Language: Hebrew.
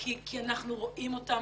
כי אנחנו רואים אותם,